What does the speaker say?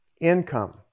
income